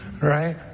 right